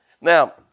Now